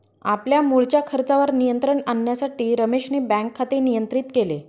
आपल्या मुळच्या खर्चावर नियंत्रण आणण्यासाठी रमेशने बँक खाते नियंत्रित केले